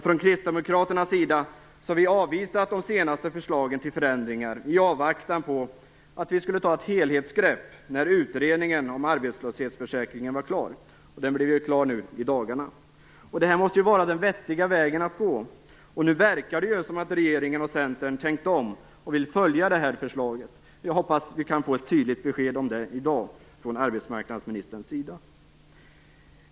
Från Kristdemokraternas sida har vi avvisat de senaste förslagen till förändringar i avvaktan på att vi skulle kunna ta ett helhetsgrepp när utredningen om arbetslöshetsförsäkringen var klar, vilket den blev nu i dagarna. Det måste vara den vettiga vägen att gå. Nu verkar det som om regeringen och Centern tänkt om och vill följa det här förslaget. Jag hoppas att vi kan få ett tydligt besked om det i dag från arbetsmarknadsministern.